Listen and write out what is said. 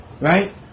right